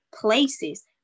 places